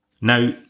Now